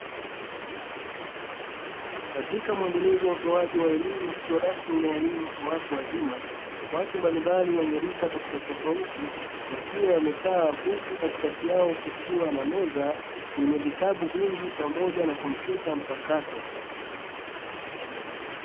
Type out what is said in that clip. Katika mwendelezo wa utoaji wa elimu isiyo rasmi na elimu kwa watu wazima, watu mbalimbali wenye rika tofauti tofauti wakiwa wamekaa huku katikati yao kukiwa na meza yenye vitabu vingi pamoja na kompyuta mpakato.